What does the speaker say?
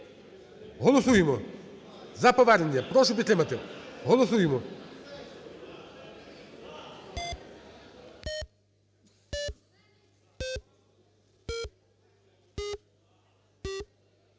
Голосуємо за повернення. Прошу підтримати. Голосуємо.